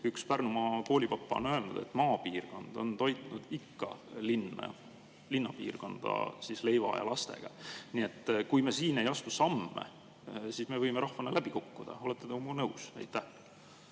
Üks Pärnumaa koolipapa on öelnud, et maapiirkond on toitnud ikka linnapiirkonda leiva ja lastega. Nii et kui me siin ei astu samme, siis me võime rahvana läbi kukkuda. Olete te minuga nõus? Aitäh,